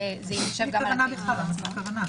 זה --- למה צריך כוונה?